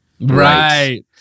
Right